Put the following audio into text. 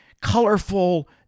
colorful